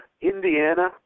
Indiana